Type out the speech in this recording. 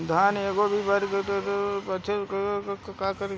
धान एही बेरा निचवा के पतयी सड़ता का करी?